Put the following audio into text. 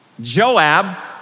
Joab